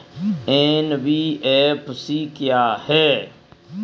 NBFC क्या है?